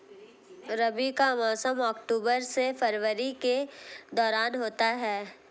रबी का मौसम अक्टूबर से फरवरी के दौरान होता है